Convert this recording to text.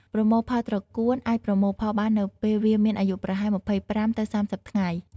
ប្រមូលផលត្រកួនអាចប្រមូលផលបាននៅពេលវាមានអាយុប្រហែល ២៥ ទៅ ៣០ ថ្ងៃ។